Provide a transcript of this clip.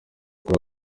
kuri